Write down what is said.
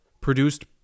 produced